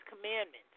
commandments